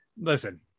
listen